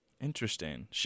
Interesting